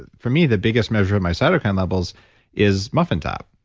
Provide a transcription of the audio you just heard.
ah for me, the biggest measure of my cytokine levels is muffin top.